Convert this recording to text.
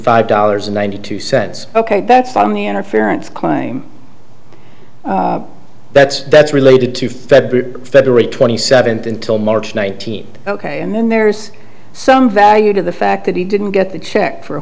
five dollars and ninety two cents ok that's from the interference claim that's that's related to february february twenty seventh until march nineteenth ok and then there's some value to the fact that he didn't get the check for a